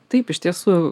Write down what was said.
taip iš tiesų